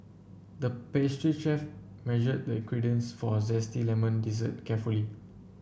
the pastry chef measured the ingredients for a zesty lemon dessert carefully